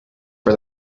for